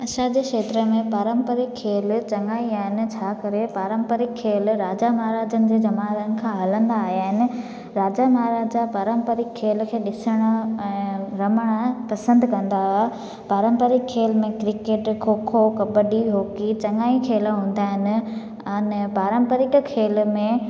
असांजे खेत्र में पारम्परिक खेल चङा ई आहिनि छा करे पारम्परिक खेल राजा महाराजनि जे ज़माने खां हलंदा आया आहिनि राजा महाराजा पारम्परिक खेल खे ॾिसण ऐं रमणु पसंदि कंदा हुआ पारम्परिक खेल में क्रिकेट खो खो कबड्डी हॉकी चङा ई खेल हूंदा आहिनि अने पारम्परिक खेल में